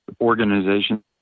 organization